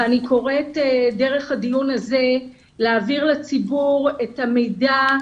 ואני קוראת דרך הדיון הזה להעביר לציבור את המידע,